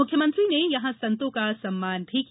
मुख्यमंत्री ने यहां संतो का सम्मान भी किया